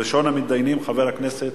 ראשון המתדיינים, חבר הכנסת